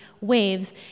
waves